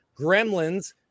Gremlins